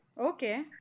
Okay